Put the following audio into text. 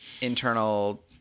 internal